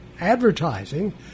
advertising